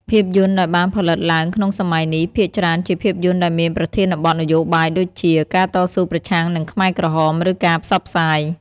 ភាពយន្តដែលបានផលិតឡើងក្នុងសម័យនេះ ភាគច្រើនជាភាពយន្តដែលមានប្រធានបទនយោបាយដូចជា ការតស៊ូប្រឆាំងនឹងខ្មែរក្រហម ឬការផ្សព្វផ្សាយ។